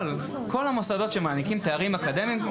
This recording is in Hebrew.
כל המוסדות שמעניקים תארים אקדמיים.